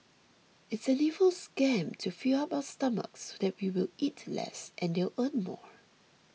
it's an evil scam to fill up our stomachs so that we will eat less and they'll earn more